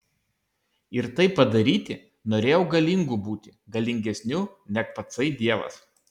ir tai padaryti norėjau galingu būti galingesniu neg patsai dievas